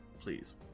please